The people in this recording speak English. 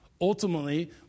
Ultimately